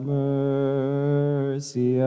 mercy